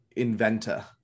inventor